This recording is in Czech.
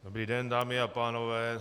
Dobrý den, dámy a pánové.